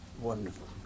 wonderful